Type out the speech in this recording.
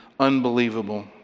unbelievable